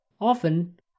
often